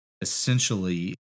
essentially